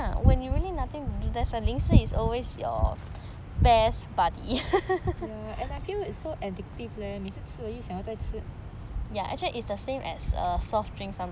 ya and I feel it's so addictive leh 每次吃了又想要吃